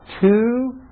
two